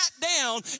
down